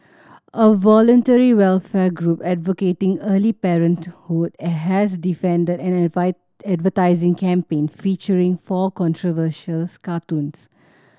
a voluntary welfare group advocating early parenthood has defended an advertising campaign featuring four controversial cartoons